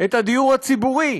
את הדיור הציבורי,